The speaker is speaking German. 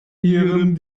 ihrem